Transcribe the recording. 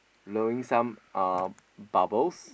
blowing some uh bubbles